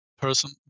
person